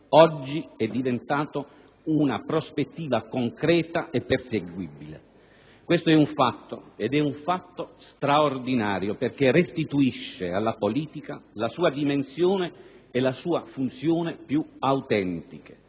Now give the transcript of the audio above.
oggi è diventato una prospettiva concreta e perseguibile. Questo è un fatto, ed è un fatto straordinario perché restituisce alla politica la sua dimensione e la sua funzione più autentica,